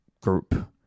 group